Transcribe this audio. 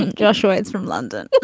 and ah sure, it's from london